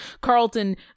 Carlton